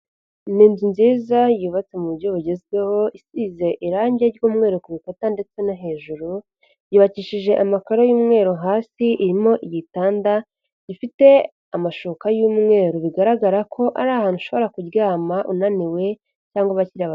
Ni inzu nziza yubatse mu buryo bugezweho isize irangi ry'umweru ku bikuta ndetse no hejuru, yubakishije amakuru y'umweru hasi irimo igitanda gifite amashuka y'umweru bigaragara ko ari ahantu ushobora kuryama unaniwe cyangwa.